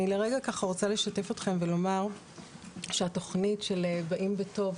אני רוצה לשתף אתכם ולומר שהתוכנית של "באים בטוב,